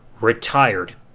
retired